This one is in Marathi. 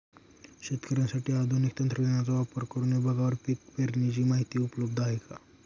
शेतकऱ्यांसाठी आधुनिक तंत्रज्ञानाचा वापर करुन विभागवार पीक पेरणीची माहिती उपलब्ध आहे का?